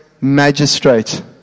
magistrate